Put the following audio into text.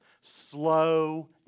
slow